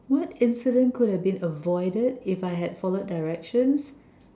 what incidence could have been avoided if I had followed directions